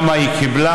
כמה היא קיבלה.